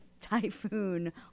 Typhoon